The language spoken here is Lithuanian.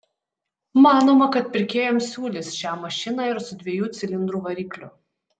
manoma kad pirkėjams siūlys šią mašiną ir su dviejų cilindrų varikliu